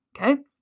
Okay